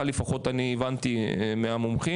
לפחות ככה אני הבנתי מהמומחים.